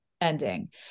ending